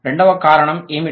రెండవ కారణం ఏమిటి